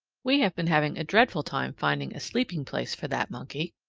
we have been having a dreadful time finding a sleeping place for that monkey,